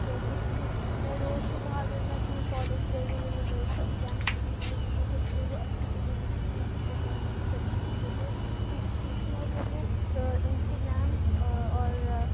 جیسے کہ میں روز صُبح اگر میں اپنے کالج گئی یا یونیورسٹی کیمپس میں آئی تو مجھے جو جو اچھی چیزیں دکھی میں اُن کی فوٹو گرافی کرتی ہوں فوٹوز کھینچتی ہوں اور میں اپنے انسٹا گریم اور